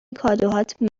کادوهات